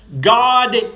God